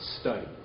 study